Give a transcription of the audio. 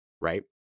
right